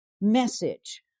message